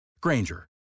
Granger